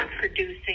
producing